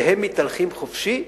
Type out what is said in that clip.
והם מתהלכים חופשי,